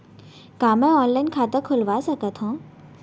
का मैं ऑनलाइन खाता खोलवा सकथव?